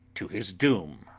to his doom,